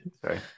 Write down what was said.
sorry